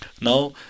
now